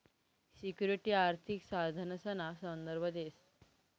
security आर्थिक साधनसना संदर्भ देस